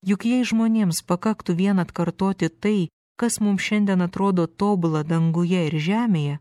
juk jei žmonėms pakaktų vien atkartoti tai kas mum šiandien atrodo tobula danguje ir žemėje